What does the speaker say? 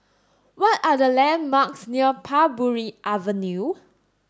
what are the landmarks near Parbury Avenue